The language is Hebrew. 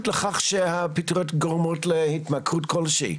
לכך שהפטריות גורמות להתמכרות כלשהי.